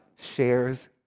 shares